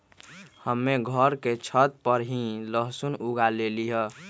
हम्मे घर के छत पर ही लहसुन उगा लेली हैं